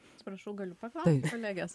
atsiprašau galiu paklaust kolegės